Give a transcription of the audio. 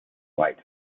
weight